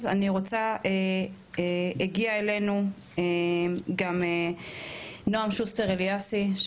הגיע אלינו גם נעם שוסטר אליאסי,